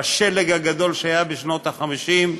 בשלג הגדול שהיה בשנות ה-50,